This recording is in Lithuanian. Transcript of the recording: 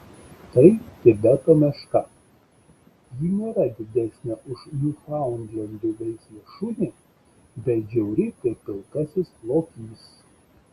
tai tibeto meška ji nėra didesnė už niūfaundlendų veislės šunį bet žiauri kaip pilkasis lokys